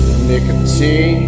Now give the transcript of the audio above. nicotine